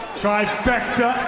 trifecta